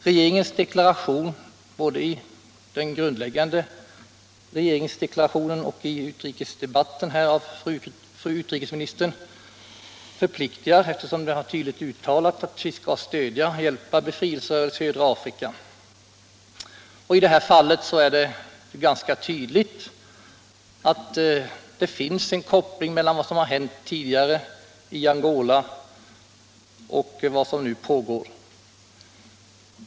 Regeringens deklaration — både i regeringsförklaringen och i utrikesdebatten av fru Söder — förpliktigar, eftersom man tydligt uttalat att vi skall hjälpa befrielserörelserna i södra Afrika. I det här fallet är det ganska tydligt att det finns en koppling mellan vad som tidigare hänt i Angola och vad som nu pågår.